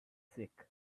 sick